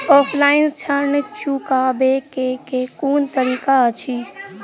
Offline ऋण चुकाबै केँ केँ कुन तरीका अछि?